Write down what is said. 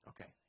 Okay